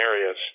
areas